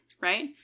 Right